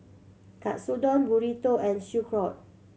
Katsudon Burrito and Sauerkraut